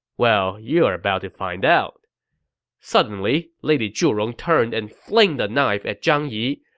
well, you're about to find out suddenly, lady zhurong turned and flinged a knife at zhang yi.